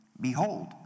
behold